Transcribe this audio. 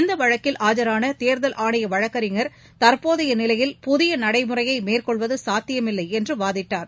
இந்த வழக்கில் ஆஜராள தேர்தல் ஆணைய வழக்கறிஞர் தற்போதைய நிலையில் புதிய நடைமுறையை மேற்கொள்வது சாத்தியமில்லை என்று வாதிட்டார்